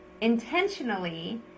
intentionally